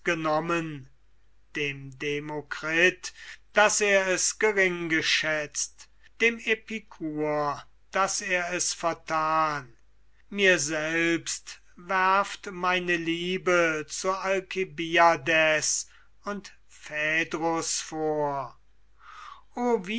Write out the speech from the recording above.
genommen dem demokrit daß er es geringgeschätzt dem epikur daß er es verthan mir selbst werft alcibiades und phädrus vor